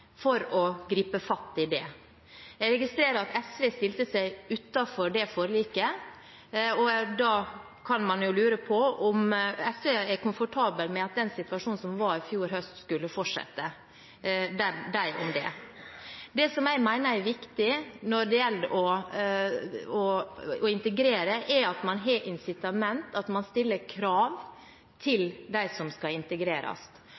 for å gripe fatt i det. Jeg registrerer at SV stilte seg utenfor det forliket, og da kan man jo lure på om SV er komfortabel med at den situasjonen som var i fjor høst, skulle fortsette – dem om det. Det jeg mener er viktig når det gjelder å integrere, er at man har incitament, at man stiller krav til dem som skal integreres.